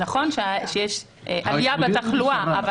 נכון שיש עלייה בתחלואה,